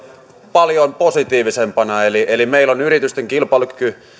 paljon positiivisempana eli eli meillä on yritysten kilpailukyky